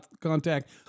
contact